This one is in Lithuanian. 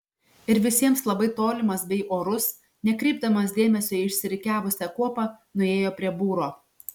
ir visiems labai tolimas bei orus nekreipdamas dėmesio į išsirikiavusią kuopą nuėjo prie būro